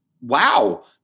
Wow